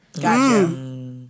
gotcha